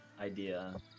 idea